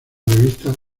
revista